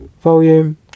volume